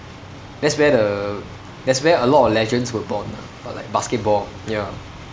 that's where the that's where a lot of legends were born ah but like basketball ya